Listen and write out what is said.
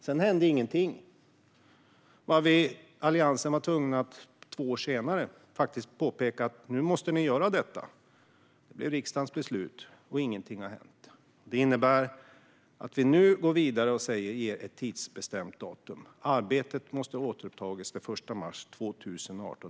Sedan hände ingenting, varvid Alliansen två år senare var tvungen att påpeka att riksdagens beslut måste följas. Men inget har hänt. Det innebär att vi nu sätter ett datum; arbetet måste ha återupptagits den 1 mars 2018.